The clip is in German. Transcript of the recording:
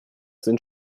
sind